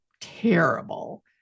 terrible